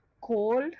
cold